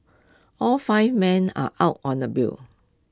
all five men are out on the bail